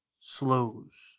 slows